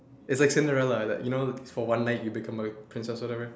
it's like Cinderella that you know for one night you become a princess or whatever